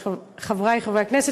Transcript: חברי חברי הכנסת,